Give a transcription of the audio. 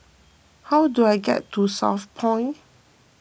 how do I get to Southpoint